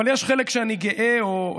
אבל יש חלק שאני גאה בו,